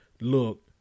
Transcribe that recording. Look